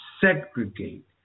segregate